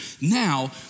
Now